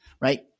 right